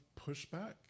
pushback